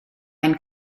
ein